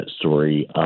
story